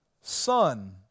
Son